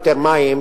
הם בדיאטה.